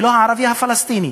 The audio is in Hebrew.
לא הערבי הפלסטיני.